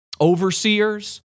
overseers